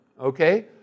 okay